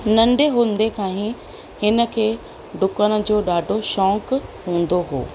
नंढे हूंदे खां ई हिन खे डुकण जो ॾाढो शौक़ु हूंदो हो